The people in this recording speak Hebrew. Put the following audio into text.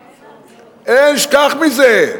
אין, שכח מזה,